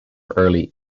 early